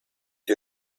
ihr